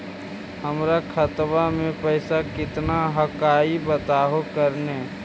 हमर खतवा में पैसा कितना हकाई बताहो करने?